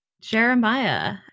Jeremiah